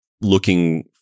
looking